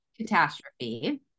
catastrophe